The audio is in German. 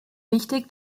wichtig